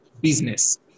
business